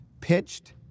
pitched